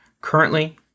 currently